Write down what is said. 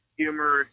humor